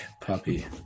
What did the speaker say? puppy